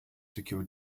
secure